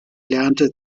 lernte